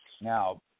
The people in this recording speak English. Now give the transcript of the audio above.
Now